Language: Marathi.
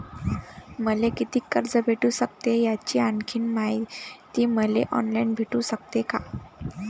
मले कितीक कर्ज भेटू सकते, याची आणखीन मायती मले ऑनलाईन भेटू सकते का?